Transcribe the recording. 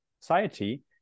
society